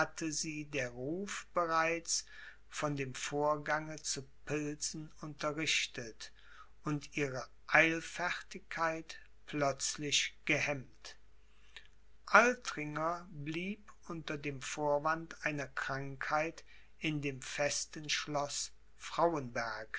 der ruf bereits von dem vorgange zu pilsen unterrichtet und ihre eilfertigkeit plötzlich gehemmt altringer blieb unter dem vorwand einer krankheit in dem festen